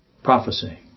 Prophecy